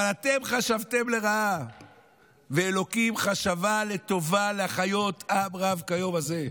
אבל אתם חשבתם לרעה ואלוקים חשבה לטובה להחיות עם רב כיום הזה.